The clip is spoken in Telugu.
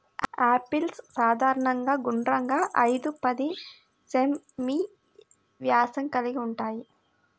యాపిల్స్ సాధారణంగా గుండ్రంగా, ఐదు పది సెం.మీ వ్యాసం కలిగి ఉంటాయి